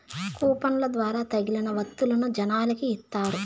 కూపన్ల ద్వారా తగిలిన వత్తువులను జనాలకి ఇత్తారు